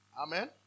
Amen